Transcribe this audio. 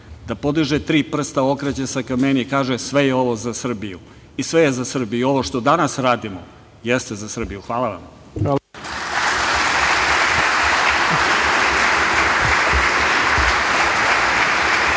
da podiže tri prsta, okreće se ka meni i kaže – sve je ovo za Srbiju. I sve je za Srbiju. I ovo što danas radimo jeste za Srbiju. Hvala vam.